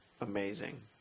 Amazing